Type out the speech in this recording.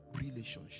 relationship